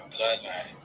bloodline